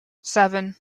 seven